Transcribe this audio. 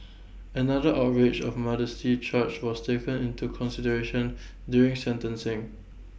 another outrage of modesty charge was taken into consideration during sentencing